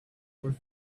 were